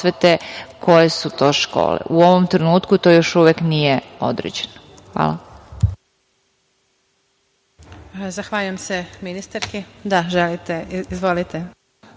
koje su to škole. U ovom trenutku to još uvek nije određeno. Hvala.